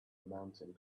mountain